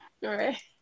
Right